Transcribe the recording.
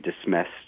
dismissed